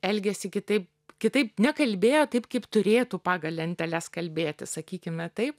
elgėsi kitaip kitaip nekalbėjo taip kaip turėtų pagal lenteles kalbėti sakykime taip